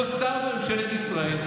שהוא שר בממשלת ישראל,